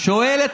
לא ביבי.